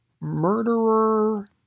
murderer